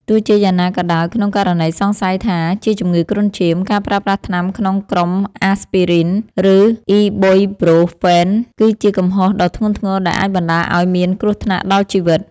ទោះជាយ៉ាងណាក៏ដោយ ក្នុងករណីសង្ស័យថាជាជំងឺគ្រុនឈាម ការប្រើប្រាស់ថ្នាំក្នុងក្រុមអាស្ពីរីន (Aspirin) ឬអុីប៊ុយប្រូហ្វែន (Ibuprofen) គឺជាកំហុសដ៏ធ្ងន់ធ្ងរដែលអាចបណ្តាលឱ្យមានគ្រោះថ្នាក់ដល់ជីវិត។